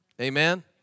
Amen